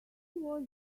was